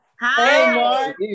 Hi